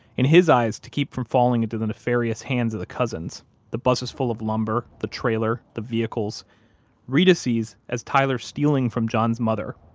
in his eyes to keep from falling into the nefarious hands of the cousins the buses full of lumber, the trailer, the vehicles reta sees as tyler stealing from john's mother,